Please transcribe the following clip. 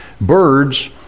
Birds